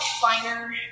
finer